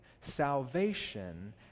salvation